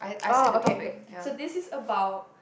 orh okay okay so this is about